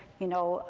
you know,